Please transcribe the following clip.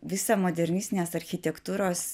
visą modernistinės architektūros